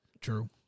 true